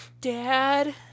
Dad